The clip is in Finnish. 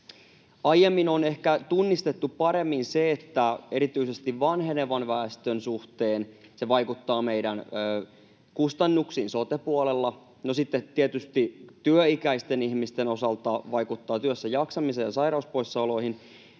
Aiemmin on ehkä tunnistettu paremmin se, että erityisesti vanhenevan väestön suhteen se vaikuttaa meidän kustannuksiin sote-puolella. No, sitten tietysti työikäisten ihmisten osalta se vaikuttaa työssäjaksamiseen ja sairauspoissaoloihin.